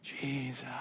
Jesus